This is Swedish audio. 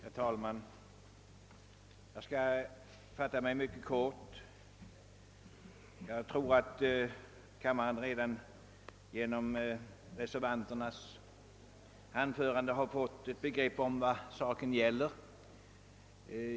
Herr talman! Jag skall fatta mig mycket kort. Jag tror att kammaren genom reservanternas anföranden redan har fått ett begrepp om vad saken gäller.